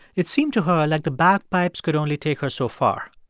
it seemed to her like the bagpipes could only take her so far.